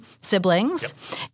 siblings